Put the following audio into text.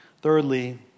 Thirdly